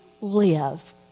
live